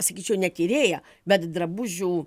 sakyčiau ne tyrėja bet drabužių